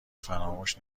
فراموش